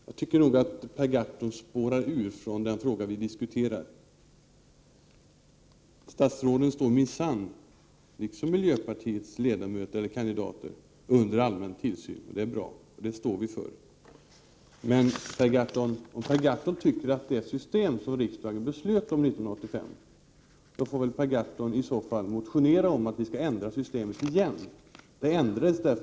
Herr talman! Jag tycker att Per Gahrton nu har spårat ur när det gäller den fråga som vi diskuterar. Statsråden står minsann, liksom miljöpartiets ledamöter eller kandidater, under allmän tillsyn, vilket är bra, och det står vi för. Men om Per Gahrton inte tycker om det system som riksdagen fattade Prot. 1988/89:53 beslut om 1985 får han väl motionera om att det skall ändras igen.